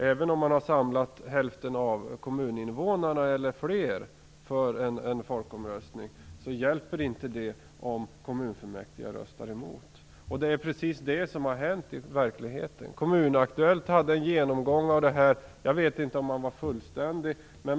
Även om man har samlat hälften av kommuninvånarna eller fler för en folkomröstning hjälper inte det om kommunfullmäktige röstar emot. Det är precis det som har hänt i verkligheten. Kommun-Aktuellt hade en genomgång av detta. Jag vet inte om den var fullständig.